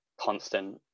constant